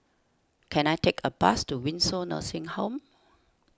can I take a bus to Windsor Nursing Home